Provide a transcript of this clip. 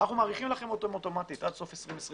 מאריכים להם אותם אוטומטית עד סוף 2021,